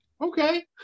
okay